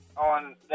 on